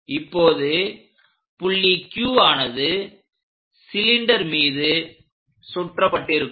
இப்போது புள்ளி Q ஆனது சிலிண்டெர் மீது சுற்றப்பட்டிருக்கும்